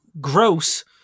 gross